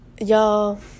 Y'all